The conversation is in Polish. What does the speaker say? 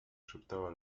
szeptała